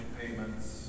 payments